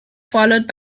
followed